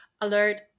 alert